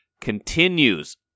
continues